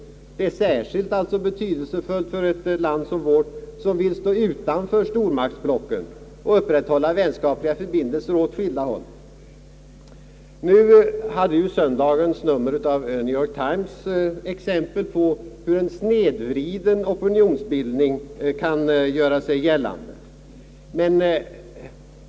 Det är särskilt betydelsefullt för ett land som vårt, som vill stå utanför stormaktsblocken och upprätthålla vänskapliga förbindelser åt skilda håll. Söndagens nummer av New York Times gav exempel på hur en snedvriden bild av opinionsbildningen kan göra sig gällande.